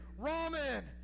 Ramen